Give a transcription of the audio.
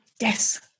yes